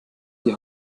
die